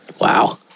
Wow